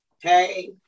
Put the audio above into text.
Hey